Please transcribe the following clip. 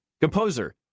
Composer